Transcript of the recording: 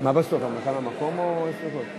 בהסכמה תוך ניצול מעמד ציבורי מיוחד),